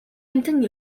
амьтан